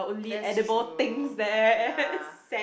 that's true ya